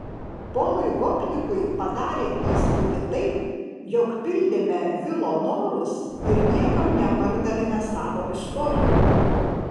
ponui gopnikui padarė įspūdį tai jog pildėme vilo norus ir niekam nepardavėme savo istorijų